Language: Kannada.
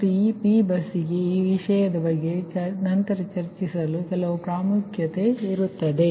ಮತ್ತು ಈ P ಬಸ್ಗೆ ಈ ವಿಷಯದ ಬಗ್ಗೆ ನಂತರ ಚರ್ಚಿಸಲು ಕೆಲವು ಪ್ರಾಮುಖ್ಯತೆ ಇರುತ್ತದೆ